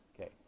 Okay